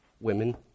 Women